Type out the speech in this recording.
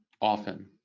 often